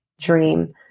dream